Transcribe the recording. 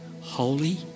Holy